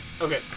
Okay